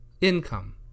Income